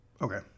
Okay